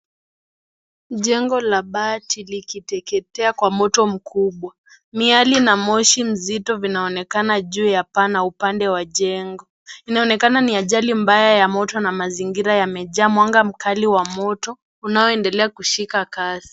Jengo la bati likiteketea kwa moto mkubwa miale no moshi mkubwa vinaonekana juu ya paa na upande jengo hili inaonekana ni ajili mbaya ya moto na mazingira yamejaa mwanga mkali wa moto unaoendelea kushika kasi.